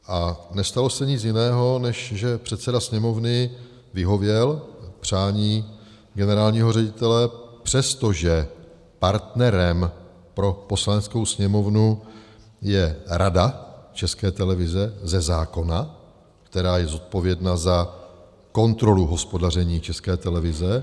A nestalo se nic jiného, než že předseda Sněmovny vyhověl přání generálního ředitele, přestože partnerem pro Poslaneckou sněmovnu je Rada České televize ze zákona, která je zodpovědná za kontrolu hospodaření České televize.